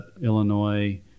Illinois